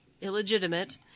illegitimate